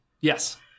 Yes